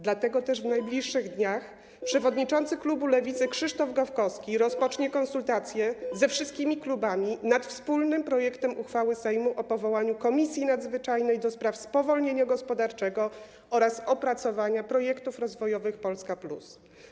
Dlatego też w najbliższych dniach przewodniczący klubu Lewicy Krzysztof Gawkowski rozpocznie konsultacje ze wszystkimi klubami w sprawie wspólnego projektu uchwały Sejmu o powołaniu komisji nadzwyczajnej do spraw spowolnienia gospodarczego oraz opracowania projektów rozwojowych Polska+.